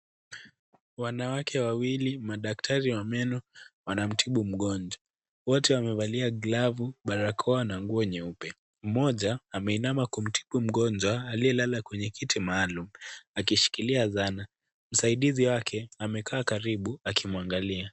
Wanawake wawili madaktari wa meno wanamtibu mgonjwa wote wamevalia glavu barakoa na nguo nyeupe. Mmoja ameinama kumtibu mgonjwa aliye lala kwenye kiti maalumu akishikilia zana. Msaidizi wake amekaa karibu akimwangalia.